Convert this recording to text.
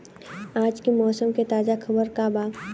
आज के मौसम के ताजा खबर का बा?